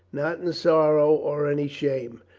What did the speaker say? not in sorrow or any shame.